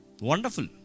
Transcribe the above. Wonderful